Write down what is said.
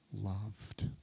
loved